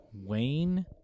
Wayne